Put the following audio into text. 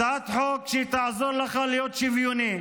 הצעת חוק שתעזור לך להיות שוויוני,